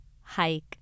hike